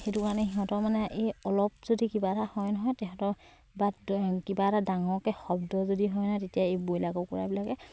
সেইটো কাৰণে সিহঁতৰ মানে এই অলপ যদি কিবা এটা হয় নহয় তেহঁতৰ বা কিবা এটা ডাঙৰকে শব্দ যদি হয় নহয় তেতিয়া এই ব্ৰইলাৰ কুকুৰাবিলাকে